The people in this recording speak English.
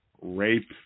rape